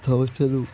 సమస్యలు